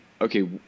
okay